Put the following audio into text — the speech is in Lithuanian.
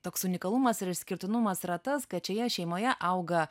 toks unikalumas ir išskirtinumas yra tas kad šioje šeimoje auga